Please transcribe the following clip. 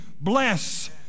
bless